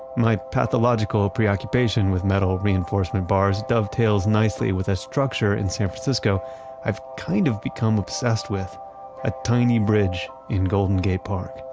my pathological preoccupation with metal reinforcement bars dovetails nicely with a structure in san francisco i've kind of become obsessed with a tiny bridge in golden gate park.